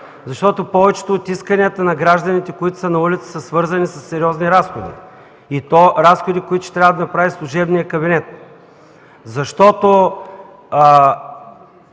защото повечето от исканията на гражданите, които са на улицата, са свързани със сериозни разходи, и то разходи, които ще трябва да направи служебният кабинет. Тревогата